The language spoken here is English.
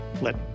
let